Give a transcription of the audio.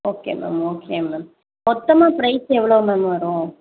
okay ma'am okay ma'am மொத்தமாக price எவ்வளோ ma'am வரும்